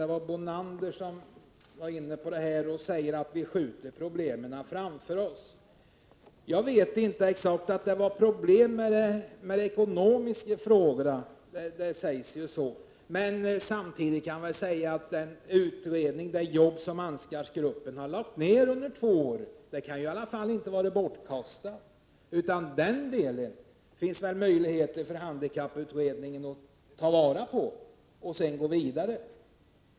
Gunhild Bolander sade att vi skjuter problemen framför oss. Jag vet inte om det precis var problem beträffande de ekonomiska frågorna. Man kan väl samtidigt säga att det arbete som Ansgargruppen under två års tid har lagt ned i alla fall inte kan vara bortkastat. Det finns väl möjligheter för handikapputredningen att ta vara på detta och sedan gå vidare.